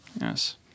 Yes